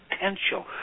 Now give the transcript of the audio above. Potential